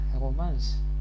romance